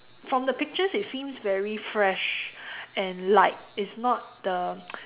from the pictures it seems very fresh and light it's not the